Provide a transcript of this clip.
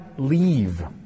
Leave